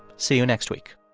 see you next week